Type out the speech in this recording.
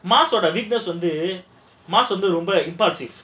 வந்து ரொம்ப:vandhu romba impulsive